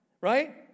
Right